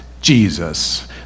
Jesus